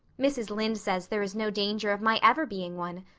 mrs. lynde says there is no danger of my ever being one,